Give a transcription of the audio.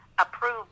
approved